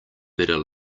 better